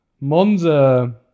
monza